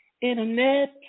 Internet